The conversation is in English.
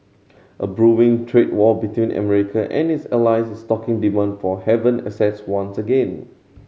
a brewing trade war between America and its allies is stoking demand for haven assets once again